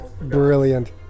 brilliant